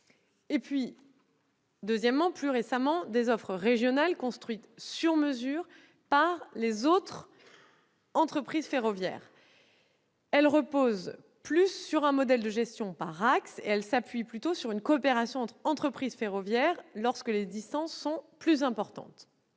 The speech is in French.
; ensuite, plus récemment, des offres régionales construites sur mesure par les autres entreprises ferroviaires. Ces dernières reposent plus sur un modèle de gestion par axe et s'appuient plutôt sur une coopération entre entreprises ferroviaires lorsque les distances sont plus importantes.